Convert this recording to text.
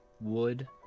wood